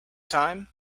time